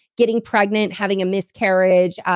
getting pregnant, having a miscarriage,